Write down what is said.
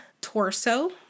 torso